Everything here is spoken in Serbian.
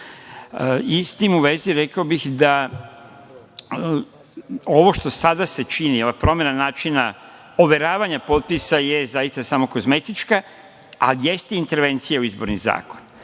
tim u vezi, rekao bih da ovo što se sada čini, ova promena načina overavanja potpisa je zaista samo kozmetička, a jeste intervencija u izborni zakon.